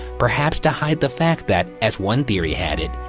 perhaps to hide the fact that, as one theory had it,